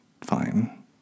fine